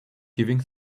giving